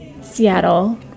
Seattle